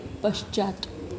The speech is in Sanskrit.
पश्चात्